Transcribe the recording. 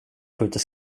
skjuter